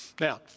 Now